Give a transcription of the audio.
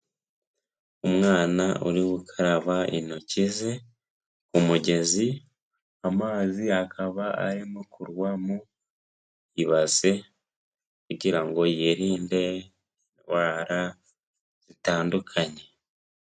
Umwana uri gukaraba intoki ze ku mugezi, amazi akaba arimo kugwa mu ibase kugirango yirinde indwara zitandukanye.